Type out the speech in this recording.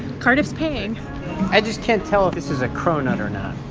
cardiff's paying i just can't tell if this is a cronut or not